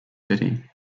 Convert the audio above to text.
city